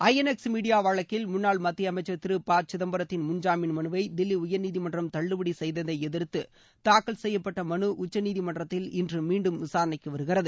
ஐ N X media வழக்கில் முன்னாள் மத்திய அமைச்சர் திரு ப சிதம்பரத்தின் முன்ஜாமீன் மனுவை தில்லி உயா்நீதிமன்றம் தள்ளுபடி செய்ததை எதிர்த்து தாக்கல் செய்யப்பட்ட மனு உச்சநீதிமன்றத்தில் இன்று விசாரணைக்கு வருகிறது